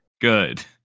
Good